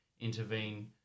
intervene